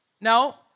No